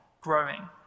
growing